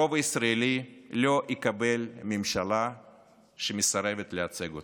הרוב הישראלי לא יקבל ממשלה שמסרבת לייצג אותו.